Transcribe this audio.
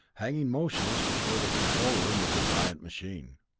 hanging motionless before the control room of the giant machine.